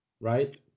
right